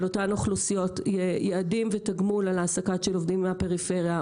שלאותן אוכלוסיות יהיו יעדים ותגמול על העסקה של עובדים מהפריפריה,